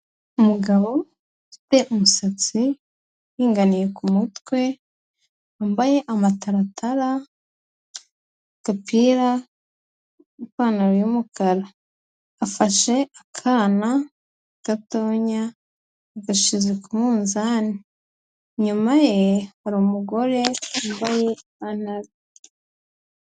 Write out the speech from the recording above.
Umugabo ufite umusatsi uringaniye ku mutwe, wambaye amataratara, agapira n'ipantaro y'umukara, afashe akana gatoya yagashyize ku munzani, inyuma ye hari umugore wambaye ipantaro.